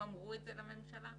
להגיע למעונות או לגנים פרטיים,